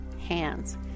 hands